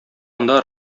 анда